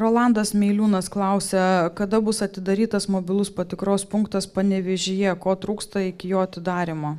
rolandas meiliūnas klausia kada bus atidarytas mobilus patikros punktas panevėžyje ko trūksta iki jo atidarymo